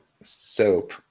soap